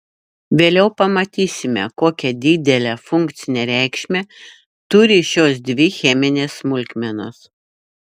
vėliau pamatysime kokią didelę funkcinę reikšmę turi šios dvi cheminės smulkmenos